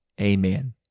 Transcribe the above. Amen